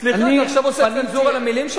סליחה, אתה עכשיו עושה צנזורה למלים שלי?